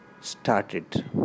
started